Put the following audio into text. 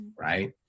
right